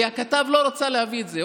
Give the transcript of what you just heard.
כי הכתב לא רצה להביא את זה,